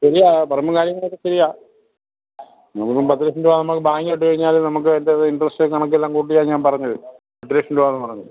ശരിയാ പറമ്പും കാര്യങ്ങളൊക്കെ ശരിയാ നമുക്ക് പത്ത് ലക്ഷം രൂപ നമുക്ക് ബാങ്ങിലിട്ട് കഴിഞ്ഞാൽ അതിൽ നമുക്കതിന്റെ ഇൻട്രസ്റ്റ് കണക്കെല്ലാം കൂട്ടിയാണ് ഞാൻ പറഞ്ഞത് പത്ത് ലക്ഷം രൂപ എന്ന് പറഞ്ഞത്